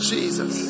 Jesus